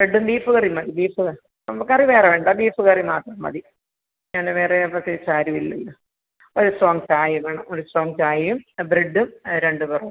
ബ്രഡ്ഡും beef കറി മതി beef കറി വേറെ വേണ്ട ബീഫ് കറി മാത്രം മതി ഞാൻ വേറെ പ്രത്യേകിച്ചാരും ഇല്ലല്ലോ ഒരു സ്ട്രോംഗ് ചായയും വേണം ഒരു സ്ട്രോംഗ് ചായയും ബ്രഡ്ഡും രണ്ട് പൊറോ